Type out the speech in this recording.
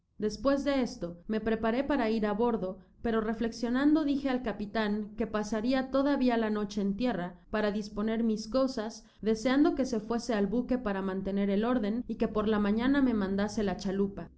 despues de esto me preparó para ir abordo pero reflexionando dije al capitan que pasaria todavia la noche en tierra para disponer mis cosas deseando que se fuese al buque para mantener el órden y que por la mañana me mandase la chalupa le